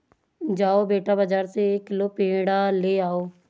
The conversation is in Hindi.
जाओ बेटा, बाजार से एक किलो पेड़ा ले आओ